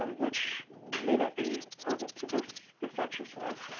um which may not be pertinent to this this exercise.